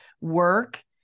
work